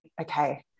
okay